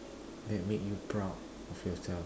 that make you proud of yourself